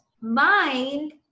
mind